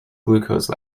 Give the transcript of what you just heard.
glucose